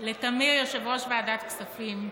לטמיר, יושב-ראש ועדת הכספים.